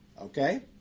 Okay